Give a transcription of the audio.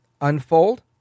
unfold